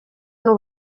n’u